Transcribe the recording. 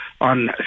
on